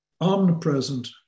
omnipresent